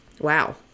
Wow